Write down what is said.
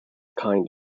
kind